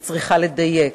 היא צריכה לדייק,